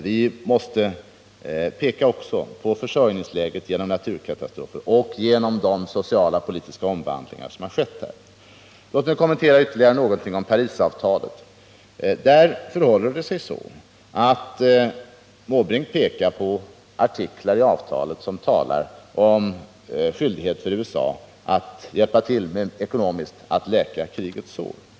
Vi måste också peka på det försörjningsläge som uppstått genom naturkatastrofer och genom de sociala och politiska omvandlingar som skett. Låt mig komma med en ytterligare kommentar till Parisavtalet. Bertil Måbrink pekar på artiklar i avtalet som talar om skyldighet för USA art hjälpa till ekonomiskt att läka krigets sår.